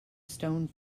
stone